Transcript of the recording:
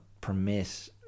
permit